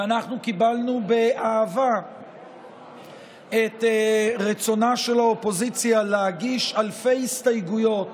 ואנחנו קיבלנו באהבה את רצונה של האופוזיציה להגיש אלפי הסתייגויות